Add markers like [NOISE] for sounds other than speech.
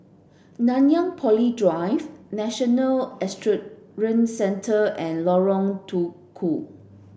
Nanyang Poly Drive National [UNINTELLIGIBLE] Centre and Lorong Tukol